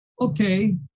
okay